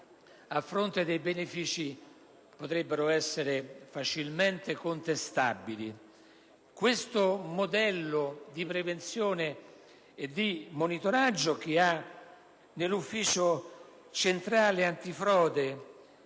a fronte dei benefici, potrebbero essere facilmente contestabili. Questo modello di prevenzione e di monitoraggio, che fa capo all'Ufficio centrale antifrode